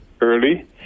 early